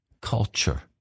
culture